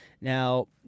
now